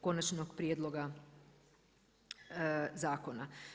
Konačnog prijedloga zakona.